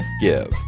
give